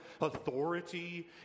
authority